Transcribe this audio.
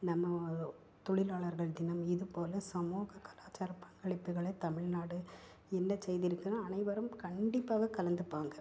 நம்ம தொழிலாளர்கள் தினம் இதுபோல் சமூக கலாச்சார பங்களிப்புகள் தமிழ்நாடு என்ன செய்திருக்குதுன்னா அனைவரும் கண்டிப்பாக கலந்துப்பாங்க